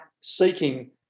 seeking